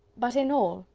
but in all,